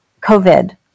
COVID